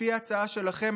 לפי הצעה שלכם,